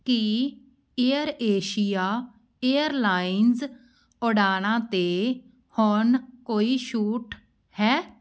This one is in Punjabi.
ਕੀ ਏਅਰ ਏਸ਼ੀਆ ਏਅਰਲਾਈਨਜ਼ ਉਡਾਣਾਂ 'ਤੇ ਹੁਣ ਕੋਈ ਛੂਟ ਹੈ